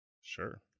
Sure